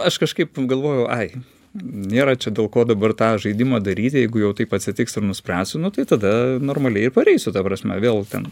aš kažkaip galvojau ai nėra čia dėl ko dabar tą žaidimą daryti jeigu jau taip atsitiks ir nuspręsiu nu tai tada normaliai ir pareisiu ta prasme vėl ten